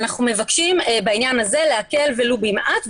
ואנחנו מבקשים בעניין הזה להקל ולו במעט,